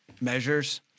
measures